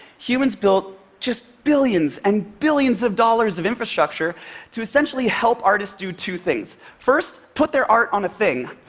humans built just billions and billions of dollars of infrastructure to essentially help artists do two things. first, put their art on a thing,